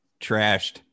trashed